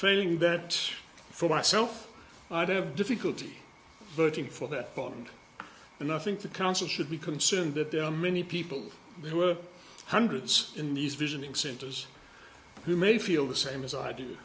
failing that for myself i don't have difficulty voting for that bond and i think the council should be concerned that there are many people who are hundreds in these visioning centers who may feel the same as i do